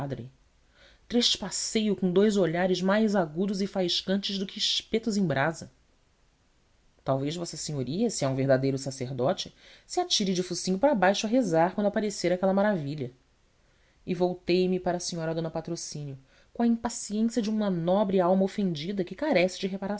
padre trespassei o com dous olhares mais agudos e faiscantes do que espetos em brasa talvez vossa senhoria se é um verdadeiro sacerdote se atire de focinho para baixo a rezar quando aparecer aquela maravilha e voltei-me para a senhora dona patrocínio com a impaciência de uma nobre alma ofendida que carece